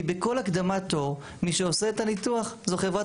כי בכל הקדמת תור מי שעושה את הניתוח זה חברת